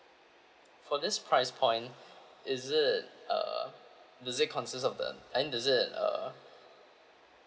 for this price point is it uh does it consist of the I mean does it uh